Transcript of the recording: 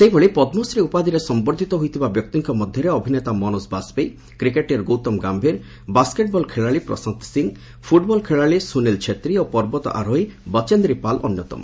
ସେହିଭଳି ପଦ୍ମଶ୍ରୀ ଉପାଧିରେ ସମ୍ବର୍ଦ୍ଧିତ ହୋଇଥିବା ବ୍ୟକ୍ତିଙ୍କ ମଧ୍ୟରେ ଅଭିନେତା ମନୋଜ ବାଜପେୟୀ କ୍ରିକେଟିୟର୍ ଗୌତମ ଗାୟୀର ବାସ୍କେଟ୍ବଲ୍ ଖେଳାଳି ପ୍ରଶାନ୍ତି ସିଂ ଫୁଟ୍ବଲ୍ ଖେଳାଳି ସୁନିଲ୍ ଛେତ୍ରି ଓ ପର୍ବତ ଆରୋହୀ ବଚେନ୍ଦ୍ରୀ ପାଲ୍ ଅନ୍ୟତମ